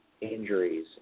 injuries